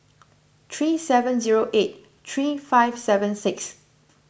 three seven zero eight three five seven six